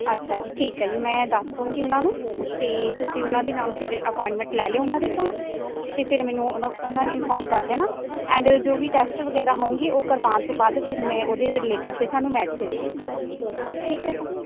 ਅੱਛਾ ਜੀ ਠੀਕ ਆ ਜੀ ਮੈਂ ਦੱਸ ਦਉਂਗੀ ਉਹਨਾਂ ਨੂੰ ਅਤੇ ਤੁਸੀਂ ਉਹਨਾਂ ਦੇ ਨਾਲ ਫਿਰ ਅਪੋਆਇੰਟਮੈਂਟ ਲੈ ਲਿਓ ਉਹਨਾਂ ਦੇ ਕੋਲੋਂ ਅਤੇ ਫਿਰ ਮੈਨੂੰ ਉਹ ਉਹਨਾਂ ਨੇ ਇਨਫੋਰਮ ਕਰ ਦੇਣਾ ਐਂਡ ਜੋ ਵੀ ਟੈਸਟ ਵਗੈਰਾ ਹੋਉਂਗੇ ਉਹ ਕਰਵਾਉਣ ਤੋਂ ਬਾਅਦ ਫਿਰ ਮੈਂ ਉਹਦੇ ਰਿਲੇਟਿਡ ਫਿਰ ਤੁਹਾਨੂੰ ਮੈਡੀਸਿਨ ਦਉਂਗੀ ਠੀਕ ਹੈ ਸਰ